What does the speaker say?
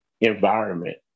environment